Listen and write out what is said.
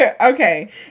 Okay